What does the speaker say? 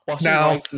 now